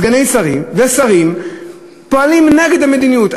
סגני שרים ושרים פועלים נגד המדיניות?